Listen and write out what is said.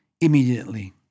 immediately